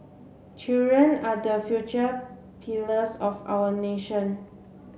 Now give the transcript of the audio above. children are the future pillars of our nation